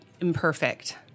imperfect